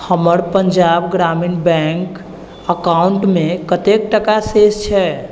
हमर पञ्जाब ग्रामीण बैंक अकाउंटमे कतेक टाका शेष छै